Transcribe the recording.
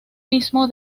mismo